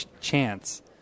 chance